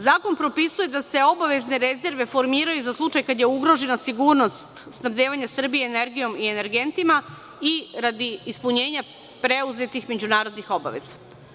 Zakon propisuje da se obavezne rezerve formiraju za slučaj kada je ugrožena sigurnost snabdevanja Srbije energijom i energentima i radi ispunjenja preuzetih međunarodnih obaveza.